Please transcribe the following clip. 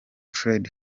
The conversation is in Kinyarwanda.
fred